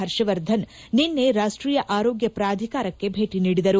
ಹರ್ಷವರ್ಧನ್ ನಿನ್ನೆ ರಾಷ್ಟೀಯ ಆರೋಗ್ಯ ಪ್ರಾಧಿಕಾರಕ್ಕೆ ಭೇಟಿ ನೀಡಿದರು